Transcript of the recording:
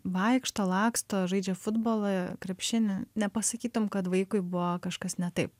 vaikšto laksto žaidžia futbolą krepšinį nepasakytum kad vaikui buvo kažkas ne taip